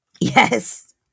yes